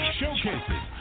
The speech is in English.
showcases